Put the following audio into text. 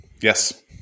Yes